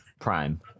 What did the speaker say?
Prime